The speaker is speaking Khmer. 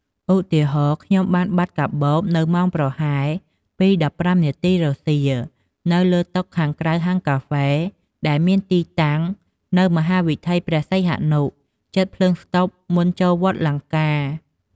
ឧទាហរណ៍ "ខ្ញុំបានបាត់កាបូបនៅម៉ោងប្រហែល ២:១៥ នាទីរសៀល នៅលើតុខាងក្រៅហាងកាហ្វេដែលមានទីតាំងនៅមហាវិថីព្រះសីហនុ ជិតភ្លើងស្តុបមុនចូលវត្តលង្កា"។